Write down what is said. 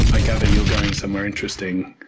i gather you're going somewhere interesting.